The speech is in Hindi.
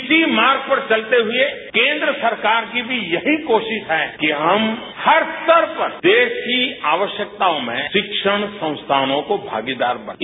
इसी मार्ग पर चलते हुए केंद्र सरकार की भी यही कोशिश है कि हम हर स्तर पर देश की आवश्यकताओं में शिक्षण संस्थानों को भागीदार बना रहे हैं